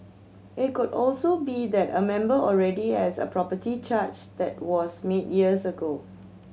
it could also be that a member already has a property charge that was made years ago